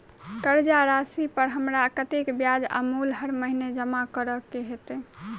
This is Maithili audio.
कर्जा राशि पर हमरा कत्तेक ब्याज आ मूल हर महीने जमा करऽ कऽ हेतै?